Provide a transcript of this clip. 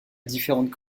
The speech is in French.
différentes